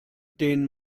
den